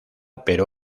pero